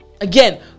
again